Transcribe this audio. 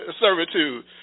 servitude